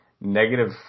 negative